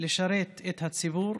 לשרת את הציבור,